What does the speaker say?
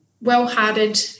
well-hearted